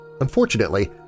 Unfortunately